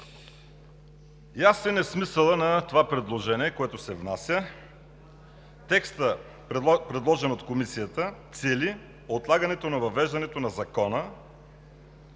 Ясен е смисълът на това предложение, което се внася. Текстът, предложен от Комисията, цели отлагането на въвеждането на Закона